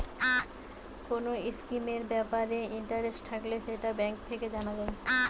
কোন স্কিমের ব্যাপারে ইন্টারেস্ট থাকলে সেটা ব্যাঙ্ক থেকে জানা যায়